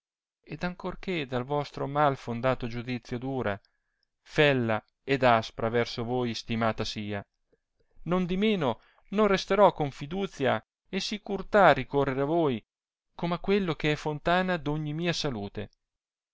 ed ancor che dal vostro mal fondato giudizio dura fella ed aspra verso voi istimata sia nondimeno non resterò con fiduzia e sicurtà ricorrere a voi come a quello che è fontana d ogni mia salute